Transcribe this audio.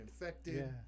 infected